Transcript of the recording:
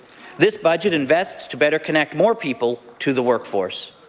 this budget invests to better connect more people to the work force.